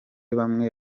bamwe